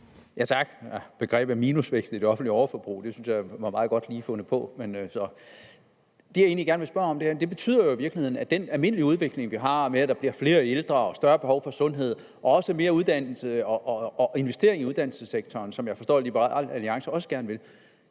Tak. Begrebet minusvækst i det offentlige overforbrug synes jeg var meget godt lige fundet på. Det, jeg egentlig gerne vil spørge til, handler om, at der jo i virkeligheden er en almindelig udvikling med, at der bliver flere ældre og større behov for sundhed og også behov for mere uddannelse og investering i uddannelsessektoren, hvilket jeg forstår Liberal Alliance også gerne vil.